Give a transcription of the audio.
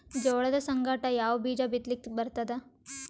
ಜೋಳದ ಸಂಗಾಟ ಯಾವ ಬೀಜಾ ಬಿತಲಿಕ್ಕ ಬರ್ತಾದ?